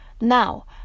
now